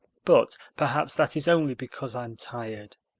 but perhaps that is only because i'm tired.